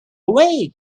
away